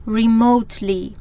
remotely